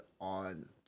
on